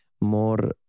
more